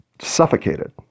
suffocated